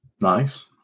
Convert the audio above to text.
nice